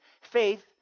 Faith